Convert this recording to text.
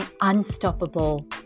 Unstoppable